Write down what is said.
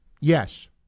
Yes